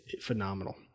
phenomenal